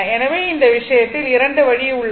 எனவே இந்த விஷயத்தில் 2 வழி உள்ளது